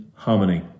Harmony